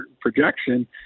projection